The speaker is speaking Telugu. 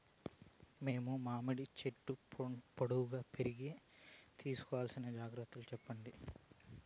మేము మామిడి చెట్లు పొడువుగా పెరిగేకి తీసుకోవాల్సిన జాగ్రత్త లు చెప్పండి?